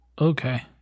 Okay